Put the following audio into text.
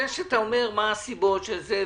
זה שאתה אומר מה הסיבות של זה,